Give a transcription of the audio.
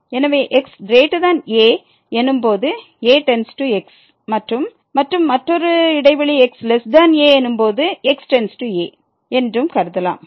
எனவே xa எனும் போது a→x என்றும் மற்றும் மற்றொரு இடைவெளி xa எனும் போது x→a என்றும் கருதலாம்